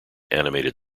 animated